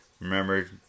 Remember